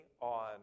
on